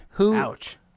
Ouch